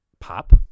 pop